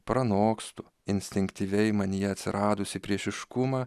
pranokstu instinktyviai manyje atsiradusį priešiškumą